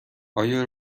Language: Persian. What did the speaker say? آیا